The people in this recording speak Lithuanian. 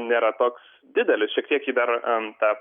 nėra toks didelis šiek tiek jį dar